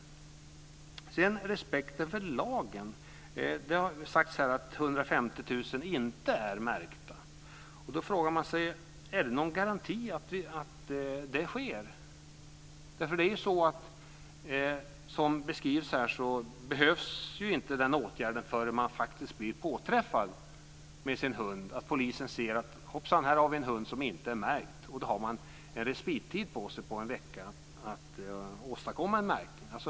Den andra frågan gäller respekten för lagen. Det har sagts att 150 000 hundar inte är märkta. Man frågar sig: Finns det någon garanti för att det sker? Som beskrivs här behövs inte den åtgärden förrän man blir påträffad med sin hund, när polisen ser att det är en hund som inte är märkt. Man har då en respittid på en vecka på sig för att åstadkomma en märkning.